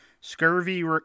scurvy